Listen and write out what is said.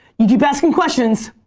you keep asking questions,